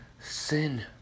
sin